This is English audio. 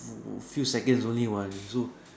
few seconds only what you so